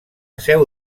seu